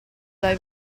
lei